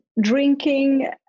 drinking